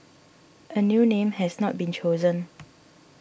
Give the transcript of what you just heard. a new name has not been chosen